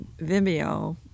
vimeo